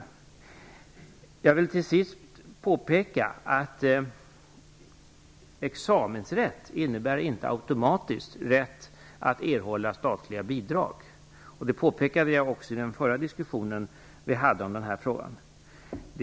Sedan vill jag påpeka att examensrätt inte automatiskt innebär rätt att erhålla statliga bidrag. Det påpekade jag i den förra diskussionen som vi hade i den här frågan.